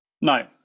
No